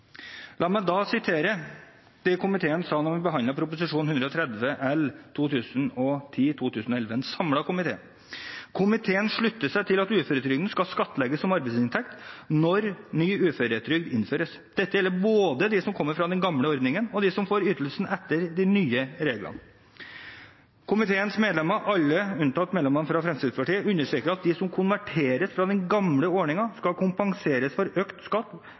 La meg da sitere det en samlet komité sa da vi behandlet Prop. 130 L for 2010–2011: «Komiteen slutter seg til at uføretrygden skal skattlegges som arbeidsinntekt når ny uføretrygd innføres. Dette gjelder både de som kommer fra den gamle ordningen og de som får ytelsen etter de nye reglene. Komiteens flertall, alle unntatt medlemmene fra Fremskrittspartiet, understreker at de som konverteres fra den gamle ordningen skal kompenseres for økt skatt